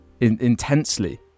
Intensely